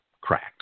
cracked